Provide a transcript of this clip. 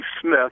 Smith